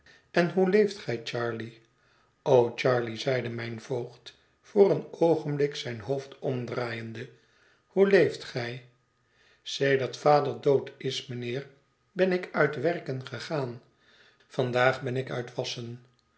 en hoe leeft gij charley o charley zeide mijn voogd voor een oogenblik zijn hoofd omdraaiende hoe leeft gij sedert vader dood is mijnheer ben ik uit werken gegaan vandaag ben ik uit wasschen